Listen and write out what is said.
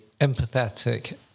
empathetic